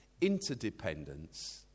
Interdependence